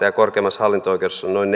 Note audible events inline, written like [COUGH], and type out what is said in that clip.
[UNINTELLIGIBLE] ja korkeimmassa hallinto oikeudessa noin [UNINTELLIGIBLE]